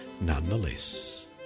nonetheless